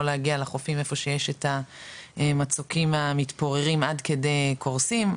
להגיע לחופים איפה שיש את המצוקים המתפוררים עד כדי קורסים,